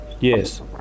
Yes